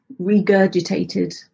regurgitated